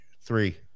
three